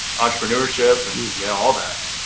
entrepreneurship and yeah all that?